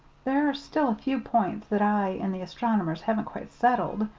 there are still a few points that i and the astronomers haven't quite settled,